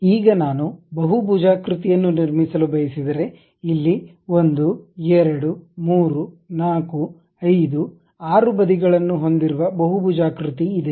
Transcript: ಈಗ ನಾನು ಬಹು ಭುಜಾಕೃತಿಯನ್ನು ನಿರ್ಮಿಸಲು ಬಯಸಿದರೆ ಇಲ್ಲಿ 1 2 3 4 5 6 ಬದಿಗಳನ್ನು ಹೊಂದಿರುವ ಬಹುಭುಜಾಕೃತಿ ಇದೆ